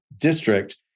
district